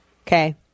Okay